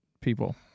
People